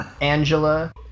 Angela